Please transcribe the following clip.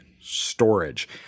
storage